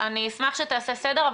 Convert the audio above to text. אשמח שתעשה סדר,